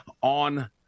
on